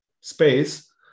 space